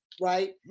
right